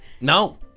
No